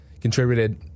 contributed